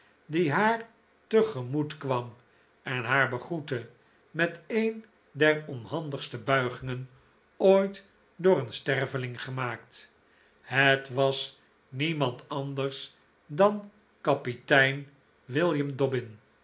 die haar tegemoet kwam en haar begroette met een der onhandigste buigingen ooit door een sterveling gemaakt het was niemand anders dan kapitein william dobbin